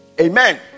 Amen